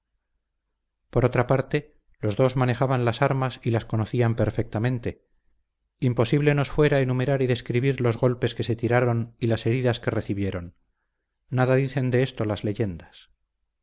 por otra parte los dos manejaban las armas y las conocían perfectamente imposible nos fuera enumerar y describir los golpes que se tiraron y las heridas que recibieron nada dicen de esto las leyendas